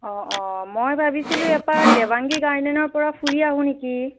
অঁ অঁ মই ভাবিছিলোঁ এপাক দেবাংগী গাৰ্ডেনৰ পৰা ফুৰি আহোঁ নেকি